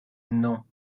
non